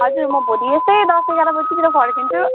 हजुर म भोलि यस्तै दस एघार बजीतिर फर्किन्छु